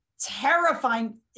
terrifying